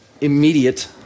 immediate